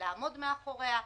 לעמוד מאחוריה.